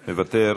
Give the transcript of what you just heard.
מוותר,